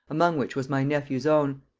among which was my nephew's own.